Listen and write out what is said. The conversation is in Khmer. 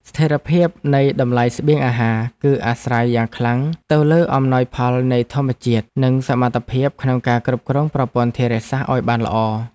ស្ថិរភាពនៃតម្លៃស្បៀងអាហារ គឺអាស្រ័យយ៉ាងខ្លាំងទៅលើអំណោយផលនៃធម្មជាតិ និងសមត្ថភាពក្នុងការគ្រប់គ្រងប្រព័ន្ធធារាសាស្ត្រឱ្យបានល្អ។